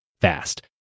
fast